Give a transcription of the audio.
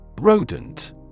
Rodent